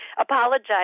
apologize